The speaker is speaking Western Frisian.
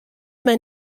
men